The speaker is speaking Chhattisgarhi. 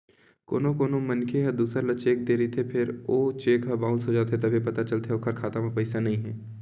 कोनो कोनो मनखे ह दूसर ल चेक दे रहिथे फेर ओ चेक ह बाउंस हो जाथे तभे पता चलथे के ओखर खाता म पइसा नइ हे